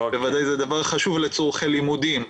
זה דבר חשוב לצרכי לימודים,